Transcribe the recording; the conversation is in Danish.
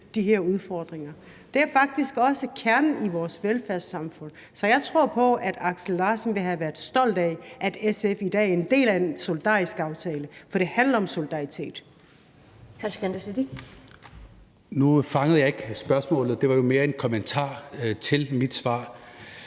de her udfordringer, er faktisk også kernen i vores velfærdssamfund. Så jeg tror på, at Aksel Larsen ville have været stolt af, at SF i dag er en del af en solidarisk aftale, for det handler om solidaritet. Kl. 19:48 Første næstformand (Karen Ellemann): Hr.